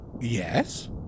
Yes